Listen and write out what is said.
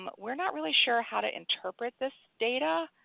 but we're not really sure how to interpret this data.